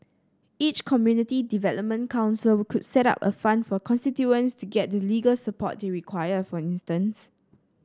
each community development council could set up a fund for constituents to get the legal support they require for instance